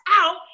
out